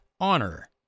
Honor